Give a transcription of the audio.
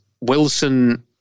Wilson